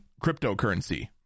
cryptocurrency